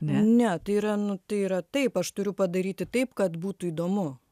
ne tai yra nu tai yra taip aš turiu padaryti taip kad būtų įdomu